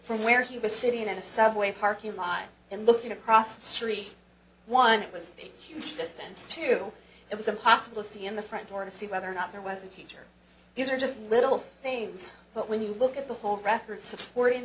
from where he was sitting in a subway parking lot and looking across the street one it was a huge distance two it was impossible to see in the front door to see whether or not there was a teacher these are just little things but when you look at the whole record supporting